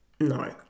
No